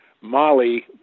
Molly